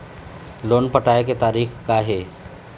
Loan पटाए के तारीख़ का हे?